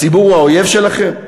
הציבור הוא האויב שלכם?